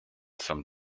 some